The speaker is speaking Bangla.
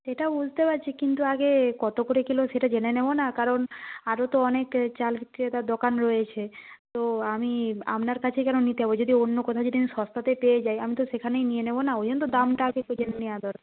সেটা বুঝতে পারছি কিন্তু আগে কতো করে কিলো সেটা জেনে নেবো না কারণ আরও তো অনেক চাল বিক্রেতার দোকান রয়েছে তো আমি আপনার কাছে কেন নিতে যাবো যদি অন্য কোথাও যদি আমি সস্তাতে পেয়ে যাই আমি তো সেখানেই নিয়ে নেবো না ওই জন্য দামটা আগে একটু জেনে নেওয়া দরকার